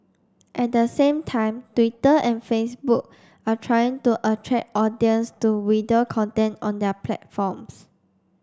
at the same time Twitter and Facebook are trying to attract audience to video content on their platforms